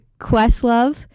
Questlove